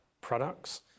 products